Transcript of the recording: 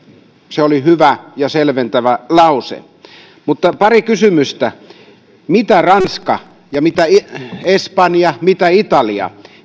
se oli hyvä ja selventävä lause mutta pari kysymystä miten ranska espanja ja italia